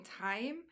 time